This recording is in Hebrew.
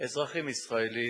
אזרחים ישראלים